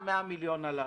וה-100 מיליון שקלים הללו.